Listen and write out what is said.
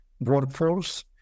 workforce